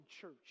church